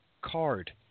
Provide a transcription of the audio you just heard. Card